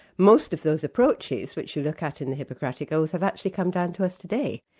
most of those approaches, which you look at in the hippocratic oath, have actually come down to us today.